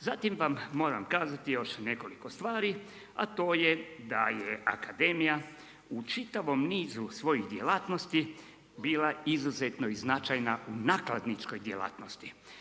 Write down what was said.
Zatim vam moram kazati još nekoliko stvari a to je da je akademija u čitavom nizu svojih djelatnosti bila izuzetno i značajna u nakladničkoj djelatnosti.